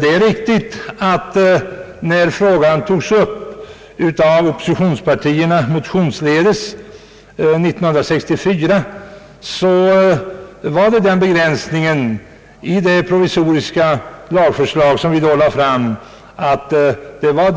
Det är riktigt att när frågan togs upp motionsledes av oppositionspartierna 1964, innefattades i det provisoriska lagförslag som vi då lade fram den begränsningen att endast